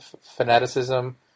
fanaticism